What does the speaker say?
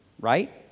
right